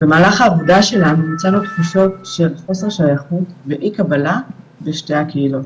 במהלך העבודה שלנו מצאנו תחושות של חוסר שייכות ואי קבלה בשתי הקהילות.